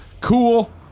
cool